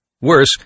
Worse